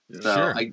Sure